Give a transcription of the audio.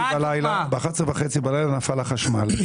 ב-11 וחצי בלילה נפל החשמל,